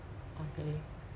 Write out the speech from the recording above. okay